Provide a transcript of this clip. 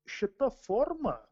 šita forma